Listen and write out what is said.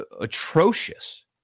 atrocious